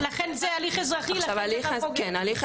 לכן זה הליך אזרחי ולכן זה גם חוק אזרחי.